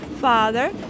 father